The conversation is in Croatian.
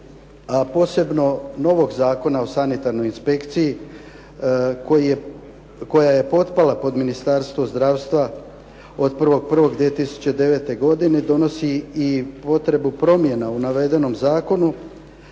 posebno novog Zakona o sanitarnoj inspekciji koja je potpala pod Ministarstvo zdravstva od 1.1.2009. donosi i potrebu promjena u navedenom zakonu